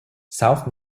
south